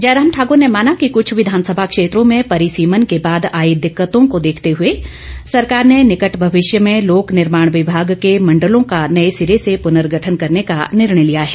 जयराम ठाकुर ने माना कि कुछ विधानसभा क्षेत्रों में परिसीमन के बाद आई दिक्कतों को देखते हुए सरकार ने निकट भविष्य में लोकनिर्मोण विभाग के मंडलों का नए सिरे से पुनर्गठन करने का निर्णय लिया है